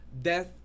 Death